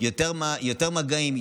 יותר מגעים,